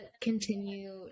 continue